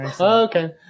Okay